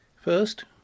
First